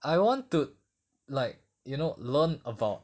I want to like you know learn about